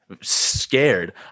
scared